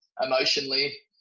emotionally